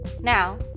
Now